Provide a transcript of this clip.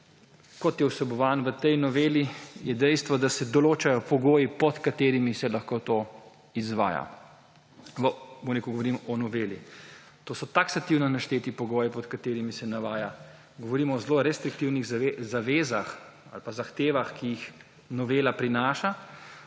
kot je vsebovan v tej noveli, je dejstvo, da se določajo pogoji, pod katerimi se lahko to izvaja. Bom rekel, govorimo o noveli. To so taksativno našteti pogoji, pod katerimi se navaja. Govorimo o zelo restriktivnih zavezah ali pa zahtevah, ki jih novela prinaša,